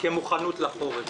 כמוכנות לחורף.